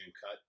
cut